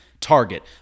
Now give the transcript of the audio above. target